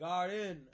Garden